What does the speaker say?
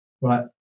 Right